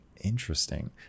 Interesting